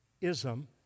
ism